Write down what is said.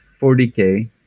40k